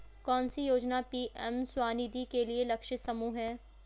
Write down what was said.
कौन सी योजना पी.एम स्वानिधि के लिए लक्षित समूह है?